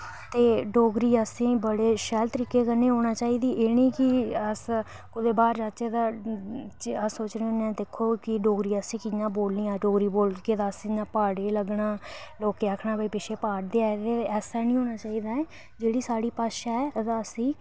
ते डोगरी असेंगी बड़े शैल तरीके कन्नै औना चाहिदी इ'नेंगी ओह्दे बाद आचै तां अस सोचने आं की दिक्खो डोगरी असें गी कि'यां बोलनी ऐ डोगरी बोलगे तां प्हाड़ी लग्गना ते लोकें आक्खना की पिच्छें प्हाड़ दे न ऐसा निं होना चाहिदा ते जेह्ड़ी साढ़ी भाशा ऐ तां असेंगी